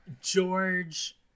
george